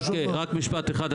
רק משפט אחד,